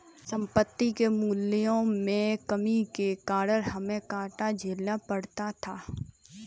संपत्ति के मूल्यों में कमी के कारण हमे घाटा झेलना पड़ा था